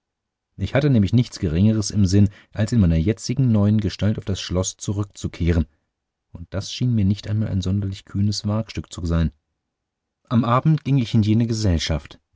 ich hatte nämlich nichts geringeres im sinn als in meiner jetzigen neuen gestalt auf das schloß zurückzukehren und das schien mir nicht einmal ein sonderlich kühnes wagstück zu sein am abend ging ich in jene gesellschaft